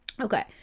Okay